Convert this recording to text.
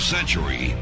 century